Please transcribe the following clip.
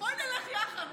בואי נלך יחד.